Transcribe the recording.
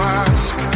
ask